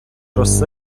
роси